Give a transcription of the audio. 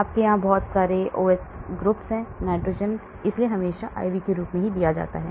आपके यहाँ बहुत सारे OH समूह हैं नाइट्रोजन इसलिए इसे हमेशा IV के रूप में दिया जाता है